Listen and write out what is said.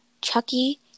Chucky